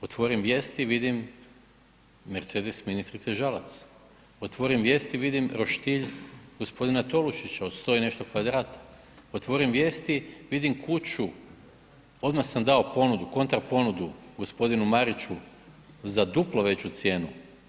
Otvorim vijesti i vidim mercedes ministrice Žalac, otvorim vijesti vidim roštilj gospodina Tolušića od 100 i nešto kvadrata, otvorim vijesti vidi kuću odmah sam dao ponudu, kontra ponudu gospodinu Mariću za duplo veću cijenu.